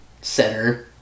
center